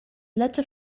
letter